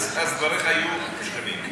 אז דבריך יהיו שלמים.